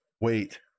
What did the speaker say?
wait